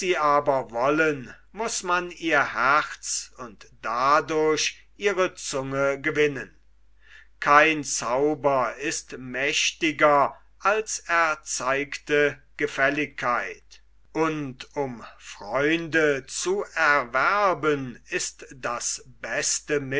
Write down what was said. aber wollen muß man ihr herz und dadurch ihre zunge gewinnen kein zauber ist mächtiger als erzeigte gefälligkeit und um freunde zu erwerben ist das beste